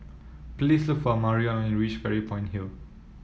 please look for Amarion when you reach Fairy Point Hill